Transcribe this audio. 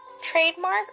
trademark